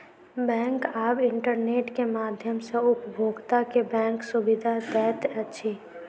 bank आब internet के माध्यम सॅ उपभोगता के बैंक सुविधा दैत अछि